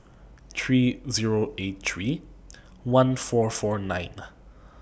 three Zero eight three one four four nine